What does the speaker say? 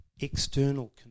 external